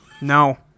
No